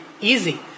easy